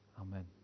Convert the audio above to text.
Amen